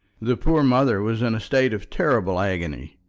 the poor mother was in a state of terrible agony,